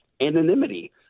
anonymity